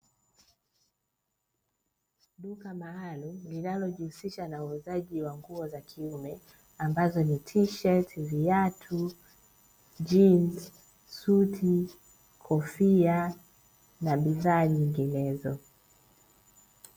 Duka maalumu linalojihusisha na uuzaji wa nguo za kiume, ambazo ni: tisheti, viatu, jinzi, suti, kofia na bidhaa nyinginezo.